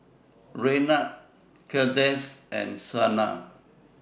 Raynard Kandace and Shana